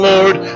Lord